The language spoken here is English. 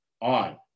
on